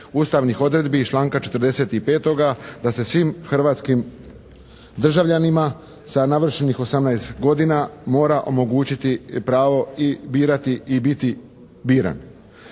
Ustavnih odredbi iz članka 45. da se svim hrvatskim državljanima sa navršenih 18 godina mora omogućiti pravo i birati i biti biran.